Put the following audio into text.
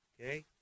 okay